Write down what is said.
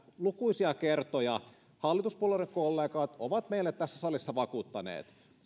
lukuisia kertoja hallituspuolueiden kollegat ovat meille tässä salissa vakuuttaneet